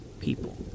people